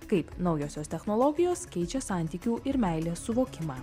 kaip naujosios technologijos keičia santykių ir meilės suvokimą